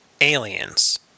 aliens